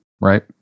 Right